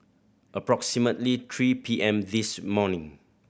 approximately three P M this morning